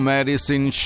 Medicine